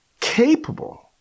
capable